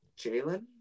Jalen